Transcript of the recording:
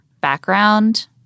background